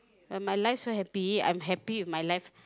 when my life so happy I'm happy with my life